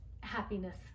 happiness